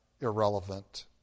irrelevant